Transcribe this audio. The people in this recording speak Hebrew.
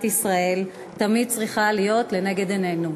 ישראל תמיד צריכות להיות לנגד עינינו.